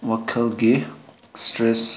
ꯋꯥꯈꯜꯒꯤ ꯏꯁꯇ꯭ꯔꯦꯁ